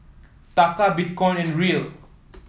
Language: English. Taka Bitcoin and Riel